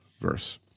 verse